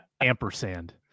Ampersand